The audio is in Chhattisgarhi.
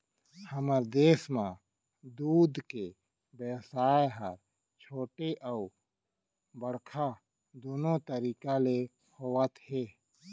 हमर देस म दूद के बेवसाय ह छोटे अउ बड़का दुनो तरीका ले होवत हे